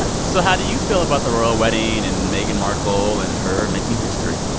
ah so how do you feel about the royal wedding and meghan markle and her making history?